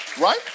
right